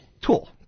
Tool